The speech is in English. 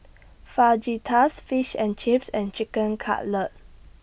Fajitas Fish and Chips and Chicken Cutlet